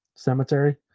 cemetery